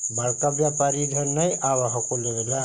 बड़का व्यापारि इधर नय आब हको लेबे ला?